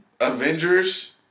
Avengers